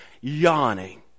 yawning